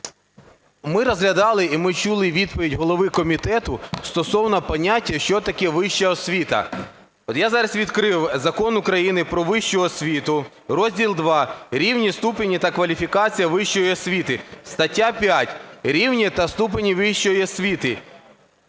ми розглядали і ми чули відповідь голови комітету стосовно поняття, що таке вища освіта. От я зараз відкрив Закон України "Про вищу освіту", розділ ІІ "Рівні, ступені та кваліфікації вищої освіти". Стаття 5 "Рівні та ступені вищої освіти":